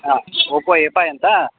ಹಾಂ Oppo A five ಅಂತ